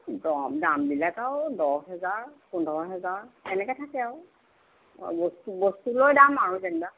অঁ দামবিলাক আৰু দহ হেজাৰ পোন্ধৰ হেজাৰ এনেকৈ থাকে আৰু বস্তু বস্তুলৈ দাম আৰু যেনিবা